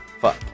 Fuck